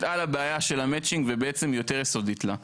על הבעיה של המצ'ינג ובעצם יותר יסודית לה.